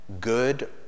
good